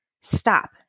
stop